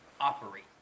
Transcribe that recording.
operate